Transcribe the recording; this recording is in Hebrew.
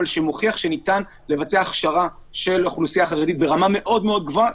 אבל מוכיח שניתן לבצע הכשרה של האוכלוסייה החרדית ברמה מאוד מאוד גבוהה,